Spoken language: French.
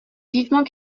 vivement